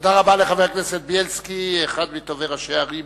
תודה רבה לחבר הכנסת בילסקי, אחד מטובי ראשי הערים